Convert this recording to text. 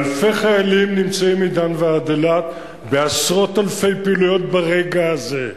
אלפי חיילים נמצאים מדן ועד אילת בעשרות אלפי פעילויות ברגע הזה.